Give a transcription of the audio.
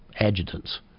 adjutants